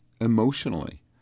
emotionally